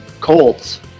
Colts